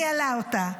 ניהלה אותה,